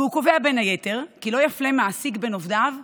והוא קובע בין היתר כי לא יפלה מעסיק בין